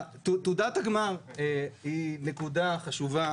תעודת הגמר היא נקודה חשובה.